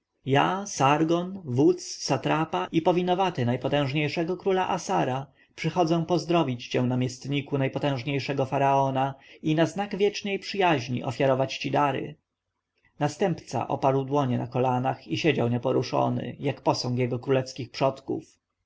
ja sargon wódz satrapa i powinowaty najpotężniejszego króla assara przychodzę pozdrowić cię namiestniku najpotężniejszego faraona i na znak wiecznej przyjaźni ofiarować ci dary następca oparł dłonie na kolanach i siedział nieporuszony jak posągi jego królewskich przodków